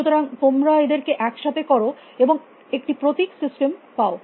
সুতরাং তোমরা এদেরকে একসাথে করো এবং একটি প্রতীক সিস্টেম পাও